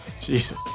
Jesus